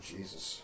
Jesus